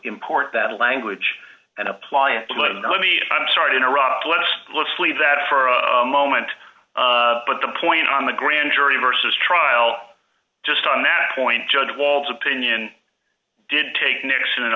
import that language and apply it to let me i'm sorry to interrupt let's let's leave that for a moment but the point on the grand jury versus trial just on that point judge walton opinion did take nixon and